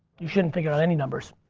you shouldn't figure out any numbers,